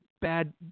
bad